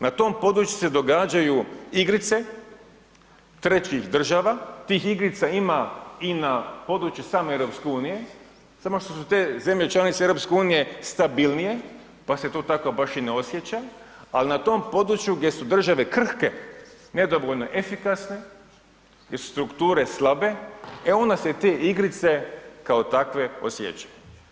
Na tom području se događaju igrice trećih država, tih igrica ima i na području same EU, samo što su te zemlje članice EU stabilnije pa se to tako baš i ne osjeća, ali na tom području gdje su države krhke, nedovoljno efikasne jer su strukture slabe, e onda se te igrice kao takve osjećaju.